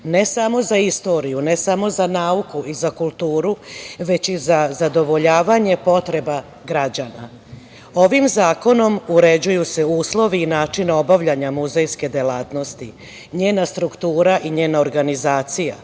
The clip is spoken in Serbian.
ne samo za istoriju, ne samo za nauku i kulturu, već i zadovoljavanje potreba građana. Ovim zakonom uređuju se uslovi i način obavljanja muzejske delatnosti, njena struktura i njena organizacija,